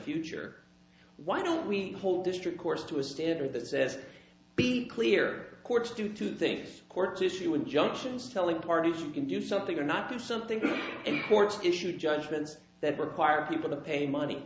future why don't we hold district course to a standard that says be clear courts do two things courts issue injunctions telling parties you can do something or not do something in court issued judgments that were fired people to pay money